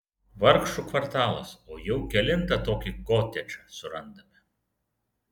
vargšų kvartalas o jau kelintą tokį kotedžą surandame